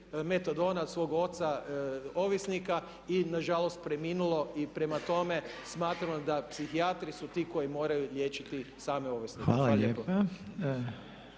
metadona od svog oca ovisnika i nažalost preminulo. I prema tome smatram da psihijatri su ti koji moraju liječiti same ovisnike. Hvala.